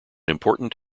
important